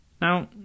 Now